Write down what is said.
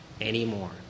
anymore